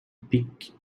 pink